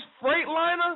Freightliner